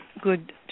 good